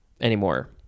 anymore